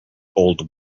old